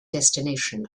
destination